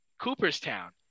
cooperstown